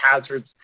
hazards